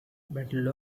battle